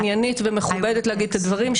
עניינית ומכובדת להגיד את הדברים,